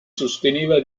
sosteneva